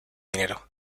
dinero